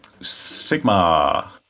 Sigma